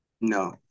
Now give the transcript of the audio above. No